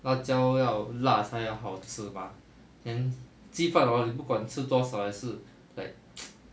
辣椒要辣才好吃 mah then 鸡饭 hor 你不管吃多少还是 like